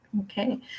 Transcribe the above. Okay